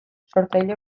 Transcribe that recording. sortzaile